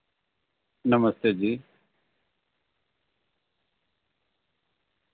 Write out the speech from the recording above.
नमस्ते जी